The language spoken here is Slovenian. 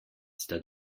ste